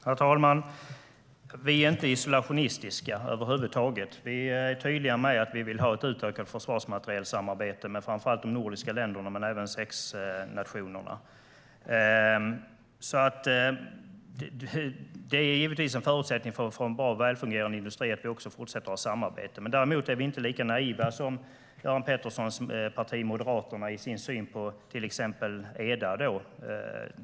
Herr talman! Vi är inte isolationistiska över huvud taget. Vi är tydliga med att vi vill ha ett utökat försvarsmaterielsamarbete med framför allt de nordiska länderna men även med sexnationerna. Att vi fortsätter att ha samarbeten är givetvis en förutsättning för en bra och välfungerande industri. Däremot är vi inte lika naiva som Göran Petterssons parti, Moderaterna, i synen på till exempel Eda.